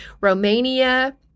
Romania